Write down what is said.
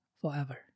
forever